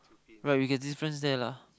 right we can difference there lah